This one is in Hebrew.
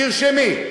תרשמי.